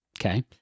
Okay